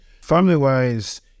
Family-wise